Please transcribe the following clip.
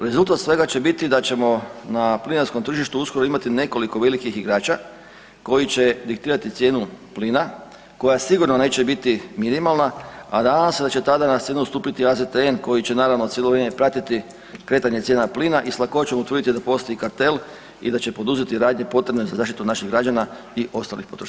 Rezultat svega će biti da ćemo na plinarskom tržištu uskoro imati nekoliko velikih igrača koji će diktirati cijenu plina koja sigurno neće biti minimalna, a nadam se da će tada na scenu stupiti AZTN koji će naravno cijelo vrijeme pratiti kretanje cijena plina i s lakoćom utvrditi da postoji kartel i da će poduzeti radnje potrebne za zaštitu naših građana i ostalih potrošača.